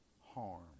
harm